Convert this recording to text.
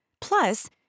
Plus